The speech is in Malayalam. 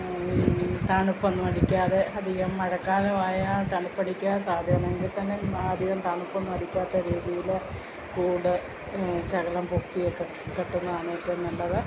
തണുപ്പ് ഒന്നും അടിക്കാതെ അധികം മഴക്കാലമോ ആയാൽ തണുപ്പടിക്കാൻ സാദ്ധ്യമുണ്ട് എങ്കിൽ തന്നെ അധികം തണുപ്പൊന്നും അടിക്കാത്ത രീതിയിൽ കൂട് ശകലം പൊക്കിയൊക്കെ കെട്ടുന്നതാണ് ഏറ്റവും നല്ലത്